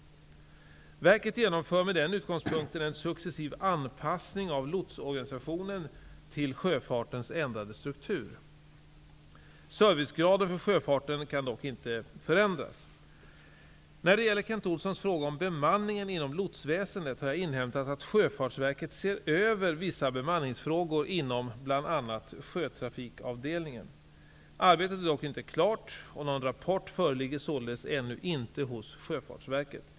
Verket genomför med den utgångspunkten en successiv anpassning av lotsorganisationen till sjöfartens ändrade struktur. Servicegraden för sjöfarten skall dock inte förändras. När det gäller Kent Olssons fråga om bemanningen inom lotsväsendet har jag inhämtat att Sjöfartsverket ser över vissa bemanningsfrågor inom bl.a. sjötrafikavdelningen. Arbetet är dock inte klart, och någon rapport föreligger således ännu inte hos Sjöfartsverket.